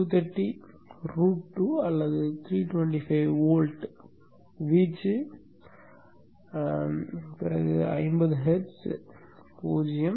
230 root 2 அல்லது 325 volt வீச்சு 50 hertz 0 0